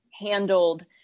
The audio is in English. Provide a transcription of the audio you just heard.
handled